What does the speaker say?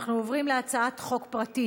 אנחנו עוברים להצעת חוק פרטית,